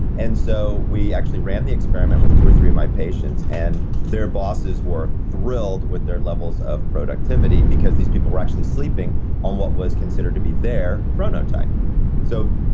and so we actually ran the experiment with two or three of my patients, and their bosses were thrilled with their levels of productivity because these people were actually sleeping on what was considered to be their chronotype so,